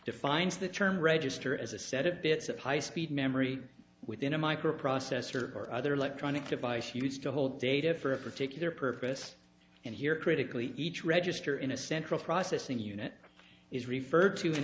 defines the term register as a set of bits of high speed memory within a microprocessor or other electronic device used to hold data for a particular purpose and here critically each register in a central processing unit is referred to